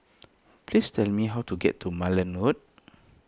please tell me how to get to Malan Road